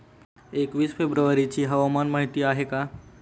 एकवीस फेब्रुवारीची हवामान माहिती आहे का?